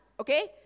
Okay